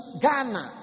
Ghana